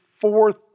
fourth